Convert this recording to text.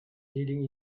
leading